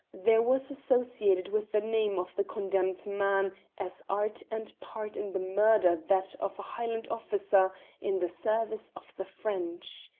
there was associated with the name of the condemned man as art and part in the murder that of a highland officer in the service of the french.